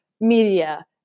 media